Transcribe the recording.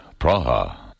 Praha